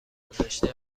گذشته